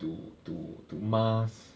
to to to mask